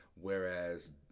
whereas